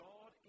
God